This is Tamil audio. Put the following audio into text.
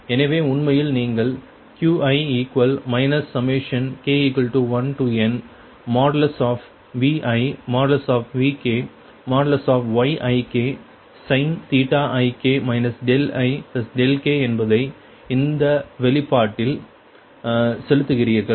எனவே உண்மையில் நீங்கள் Qi k1nViVkYiksin ik ik என்பதை இந்த வெளிப்பாட்டில் செலுத்துகிறீர்கள்